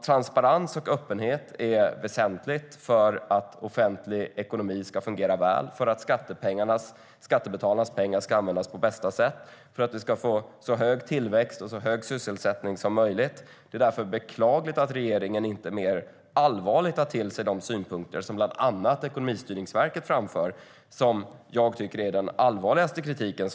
Transparens och öppenhet är väsentligt för att offentlig ekonomi ska fungera väl, för att skattebetalarnas pengar ska användas på bästa sätt och för att vi ska få så hög tillväxt och sysselsättning som möjligt. Det är därför beklagligt att regeringen inte med större allvar tar till sig de synpunkter som bland annat Ekonomistyrningsverket framför och som jag tycker är den allvarligaste kritiken.